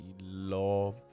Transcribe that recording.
love